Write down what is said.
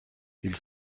ils